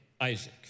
Isaac